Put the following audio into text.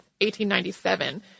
1897